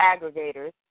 aggregators